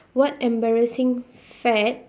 what embarrassing fad